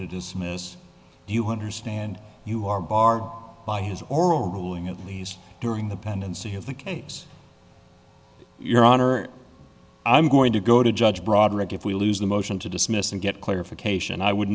to dismiss you hunter stand you are barred by his oral ruling at least during the pendency of the case your honor i'm going to go to judge broderick if we lose the motion to dismiss and get clarification i would